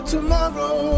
Tomorrow